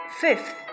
fifth